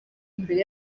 imbere